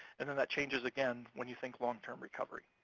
and then that changes again when you think long-term recovery.